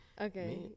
Okay